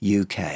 UK